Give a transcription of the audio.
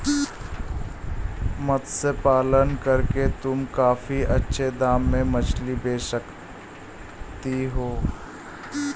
मत्स्य पालन करके तुम काफी अच्छे दाम में मछली बेच सकती हो